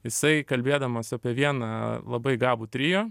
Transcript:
jisai kalbėdamas apie vieną labai gabų trio